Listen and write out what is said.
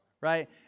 right